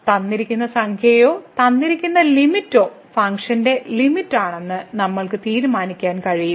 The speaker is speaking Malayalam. തന്നിരിക്കുന്ന സംഖ്യയോ തന്നിരിക്കുന്ന ലിമിറ്റോ ഫംഗ്ഷന്റെ ലിമിറ്റാണെന്ന് നമ്മൾക്ക് തീരുമാനിക്കാൻ കഴിയില്ല